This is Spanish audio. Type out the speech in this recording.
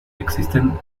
existen